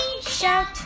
shout